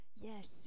Yes